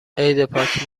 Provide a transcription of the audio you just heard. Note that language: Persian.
عیدپاک